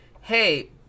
hey